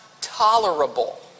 tolerable